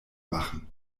machen